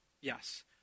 Yes